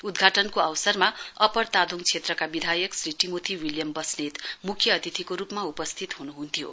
उद्घाटनको अवसरमा अप्पर तादोङ क्षेत्रका विदायक श्री टिमोथी विलियम वस्नेत मुख्य अतिथिको रुपमा उपस्थित हुनुहुन्थ्यो